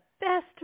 best